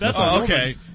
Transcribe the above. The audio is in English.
okay